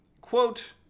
Quote